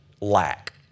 lack